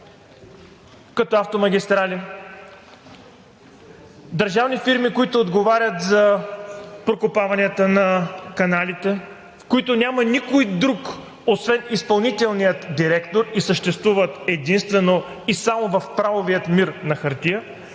като Автомагистрали, държавни фирми, които отговарят за прокопаванията на каналите, в които няма никой друг освен изпълнителния директор и съществуват единствено и само в правовия мир на хартия,